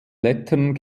lettern